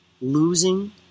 losing